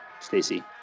Stacey